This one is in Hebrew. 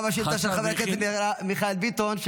גם השאילתה של חבר הכנסת מיכאל ביטון,